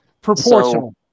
Proportional